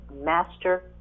master